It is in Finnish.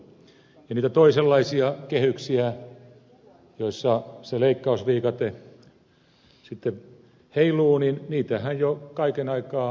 ja niitä toisenlaisia kehyksiä joissa se leikkausviikate heiluu niitähän jo kaiken aikaa valmistellaankin